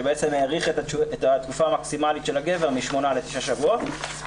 שבעצם האריך את התקופה המקסימלית של הגבר משמונה לתשעה שבועות,